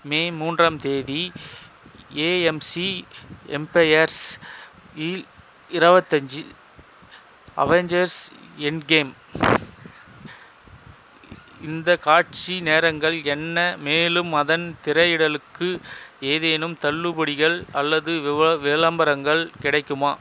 மே மூன்றாம் தேதி A M C Empires இல் இருபத்தஞ்சி அவென்ஜர்ஸ் எண்ட்கேம் இந்த காட்சி நேரங்கள் என்ன மேலும் அதன் திரையிடலுக்கு ஏதேனும் தள்ளுபடிகள் அல்லது விவ விளம்பரங்கள் கிடைக்குமா